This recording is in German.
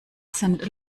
sind